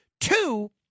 Two